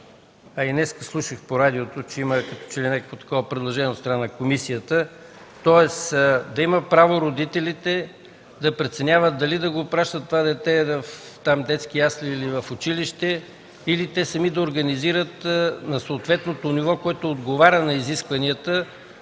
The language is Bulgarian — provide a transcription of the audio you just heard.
а и днес слушах по радиото, че като че ли има някакво такова предложение от страна на комисията – тоест родителите да имат право да преценяват дали да пращат това дете в детски ясли или в училище или те сами да организират на съответното ниво, което отговаря на изискванията,